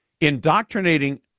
indoctrinating